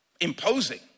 imposing